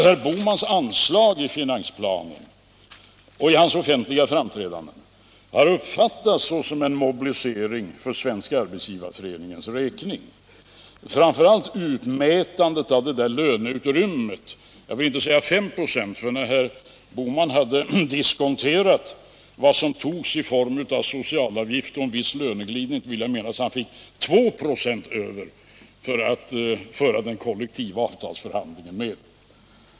Herr Bohmans anslag i finansplanen och i hans offentliga framträdanden har uppfattats såsom en mobilisering för Svenska arbetsgivareföreningens räkning. Detta gäller framför allt hans utmätande av ett löneutrymme. Jag vill inte säga att det var 5 26, för när herr Bohman hade diskonterat vad som gick åt till socialavgifter och viss löneglidning fick han, vill jag minnas, 2 26 över till den kollektiva avtalsförhandlingen.